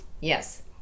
Yes